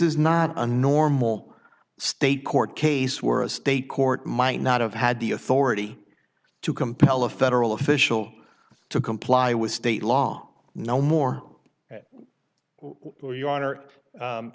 is not a normal state court case where a state court might not have had the authority to compel a federal official to comply with state law no more